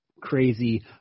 crazy